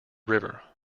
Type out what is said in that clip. river